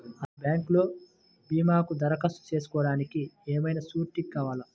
అసలు బ్యాంక్లో భీమాకు దరఖాస్తు చేసుకోవడానికి ఏమయినా సూరీటీ కావాలా?